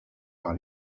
par